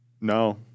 No